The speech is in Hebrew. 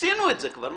עשינו את זה כבר.